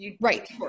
right